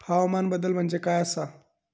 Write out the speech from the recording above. हवामान बदल म्हणजे काय आसा?